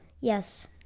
Yes